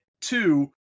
two